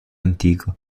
antico